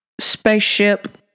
spaceship